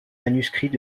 manuscrits